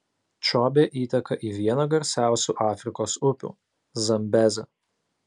čobė įteka į vieną garsiausių afrikos upių zambezę